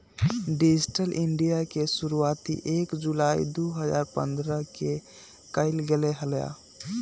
digital India के शुरुआती एक जुलाई दु हजार पन्द्रह के कइल गैले हलय